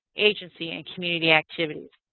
agency and community activities.